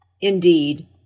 Indeed